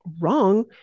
wrong